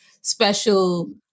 special